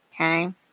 Okay